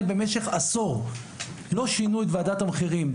במשך עשור לא שינו את ועדת המחירים.